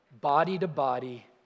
body-to-body